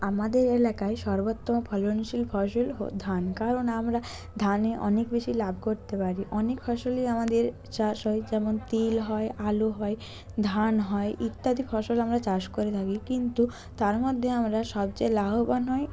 আমাদের এলাকায় সর্বোত্তম ফলনশীল ফসল হলো ধান কারণ আমরা ধানে অনেক বেশি লাভ করতে পারি অনেক ফসলই আমাদের চাষ হয় যেমন তিল হয় আলু হয় ধান হয় ইত্যাদি ফসল আমরা চাষ করে থাকি কিন্তু তার মধ্যে আমরা সবচেয়ে লাভবান হই